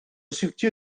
siwtio